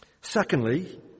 Secondly